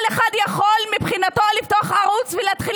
כל אחד יכול מבחינתו לפתוח ערוץ ולהתחיל